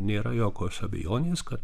nėra jokios abejonės kad